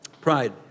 Pride